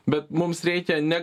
bet mums reikia ne